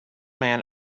man